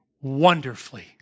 wonderfully